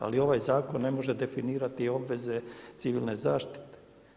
Ali ovaj zakon ne može definirati obveze civilne zaštite.